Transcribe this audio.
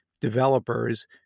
developers